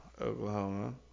Oklahoma